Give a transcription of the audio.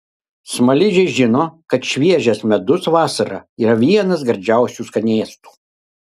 smaližiai žino kad šviežias medus vasarą yra vienas gardžiausių skanėstų